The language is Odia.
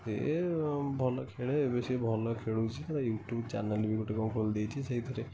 ଏ ଭଲ ଖେଳେ ଏବେ ସିଏ ଭଲ ଖେଳୁଚି ୟୁଟ୍ୟୁବ୍ ଚ୍ୟାନେଲ୍ ବି ଗୋଟେ କ'ଣ ଖୋଲି ଦେଇଛି ସେଇଥିରେ